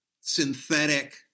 synthetic